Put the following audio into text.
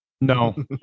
No